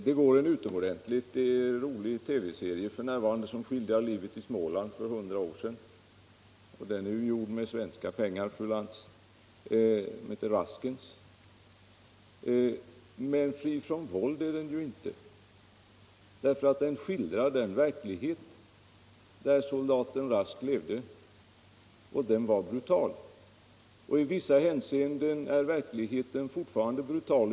Det går en utomordentligt rolig TV-serie f.n. som heter Raskens och som skildrar livet i Småland för 100 år sedan, och den är ju gjord med svenska pengar, fru Lantz. Men fri från våld är den inte, eftersom den skildrar den verklighet där soldaten Rask levde —- och den var brutal. I vissa hänseenden är verkligheten fortfarande brutal.